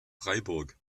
freiburg